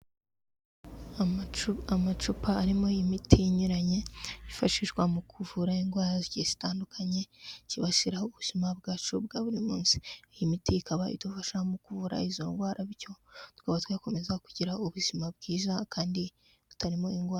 Amacu amacupa arimo imiti inyuranye ifashishwa mu kuvura indwara zigiye zitandukanye, zibasiraraho ubuzima bwacu bwa buri munsi. Iyi miti ikaba idufasha mu ku kuvura izo ndwara bityo tukaba twakomeza kugira ubuzima bwiza kandi butarimo indwara.